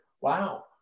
wow